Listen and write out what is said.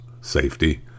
safety